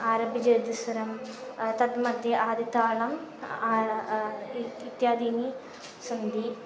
आरभ्य जरितस्वरं तत् मद्ये आदितालम् इत्यादीनि सन्ति